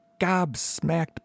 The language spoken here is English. gobsmacked